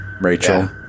Rachel